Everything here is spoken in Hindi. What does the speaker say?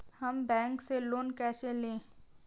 हम बैंक से लोन कैसे लें?